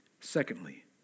Secondly